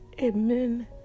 Amen